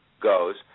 goes